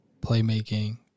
playmaking